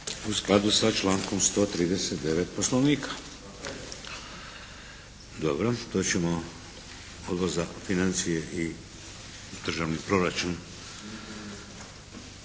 U skladu sa člankom 139. Poslovnika. Dobro. To ćemo Odbor za financije i državni proračun